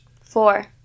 Four